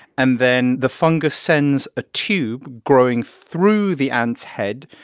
and then the fungus sends a tube growing through the ant's head.